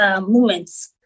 movements